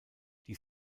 die